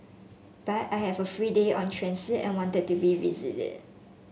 but I have a free day on transit and wanted to revisit it